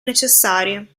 necessari